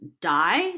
die